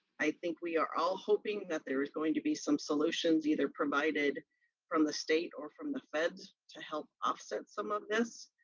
i think we are all hoping that there is going to be some solutions, either provided from the state or from the feds to help offset some of this.